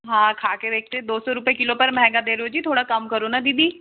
हाँ खा के देखते दो सौ रुपए किलो पर महँगा दे रहे हो जी थोड़ा काम करो न दीदी